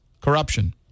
corruption